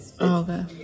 Okay